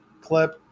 clip